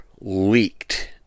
leaked